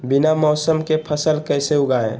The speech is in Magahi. बिना मौसम के फसल कैसे उगाएं?